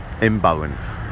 imbalance